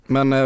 Men